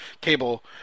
cable